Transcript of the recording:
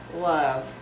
love